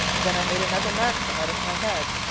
then i made another maxim out of my head,